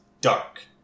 dark